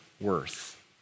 worth